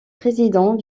président